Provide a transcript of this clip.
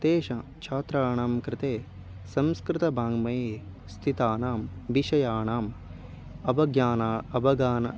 तेषां छात्राणां कृते संस्कृतवाङ्मये स्थितानां विषयानाम् अवज्ञानम् अवज्ञानम्